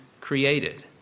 created